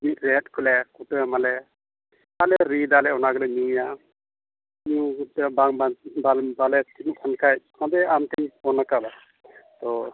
ᱵᱤᱨ ᱨᱮᱦᱮᱫ ᱠᱚᱞᱮ ᱠᱩᱴᱟᱹᱢᱟᱞᱮ ᱟᱨᱞᱮ ᱨᱤᱫᱟᱞᱮ ᱚᱱᱟ ᱜᱮᱞᱮ ᱧᱩᱭᱟ ᱧᱩ ᱧᱩ ᱵᱟᱝ ᱵᱟᱝᱛᱮ ᱵᱟᱞᱮ ᱵᱟᱞᱮ ᱴᱷᱤᱠᱚᱜ ᱠᱟᱱ ᱠᱷᱟᱡ ᱩᱱᱨᱮ ᱟᱢᱴᱷᱮᱱᱤᱧ ᱯᱷᱳᱱ ᱠᱟᱫᱟ ᱛᱚ